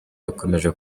bikomeje